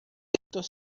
estos